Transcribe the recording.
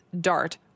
DART